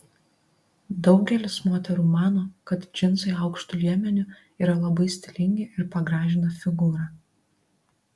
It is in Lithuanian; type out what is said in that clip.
daugelis moterų mano kad džinsai aukštu liemeniu yra labai stilingi ir pagražina figūrą